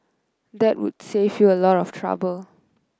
that would save you a lot of trouble